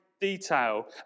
detail